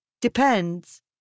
Depends